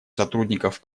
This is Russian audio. сотрудников